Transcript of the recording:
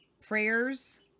prayers